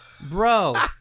Bro